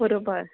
बरोबर